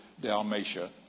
Dalmatia